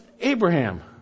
Abraham